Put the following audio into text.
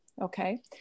okay